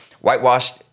whitewashed